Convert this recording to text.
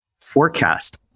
Forecast